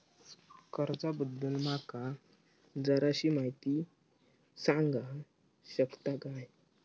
कर्जा बद्दल माका जराशी माहिती सांगा शकता काय?